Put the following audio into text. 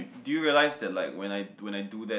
do you realise that like when I when I do that